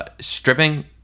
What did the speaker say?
stripping